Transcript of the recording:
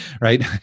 right